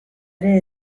ere